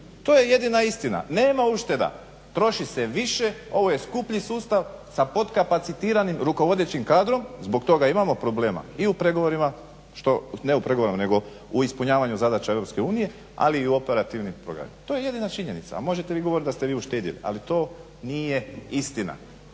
To je jedina istina. Nema ušteda. Troši se više. Ovo je skuplji sustav sa potkapacitiranim rukovodećim kadrom, zbog toga imamo problema i u pregovorima što, ne u pregovorima nego u ispunjavanju zadaća EU ali i u operativnim programima. To je jedina činjenica. A možete vi govoriti da ste vi uštedjeli, ali to nije istina.